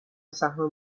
سهم